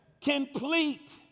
complete